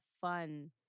fun